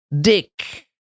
Dick